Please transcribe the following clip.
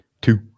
two